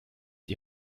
die